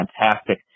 fantastic